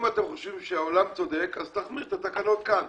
אם אתם חושבים שהעולם צודק אז תחמיר את התקנות כאן.